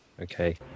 Okay